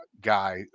guy